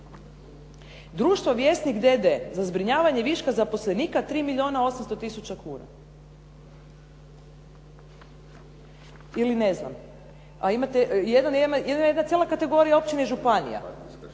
Društvo Vjesnik d.d. za zbrinjavanje viška zaposlenika 3 milijuna 800 tisuća kuna. Ili ne znam, a imate, ima jedna cijela kategorija općine i županija